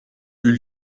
eut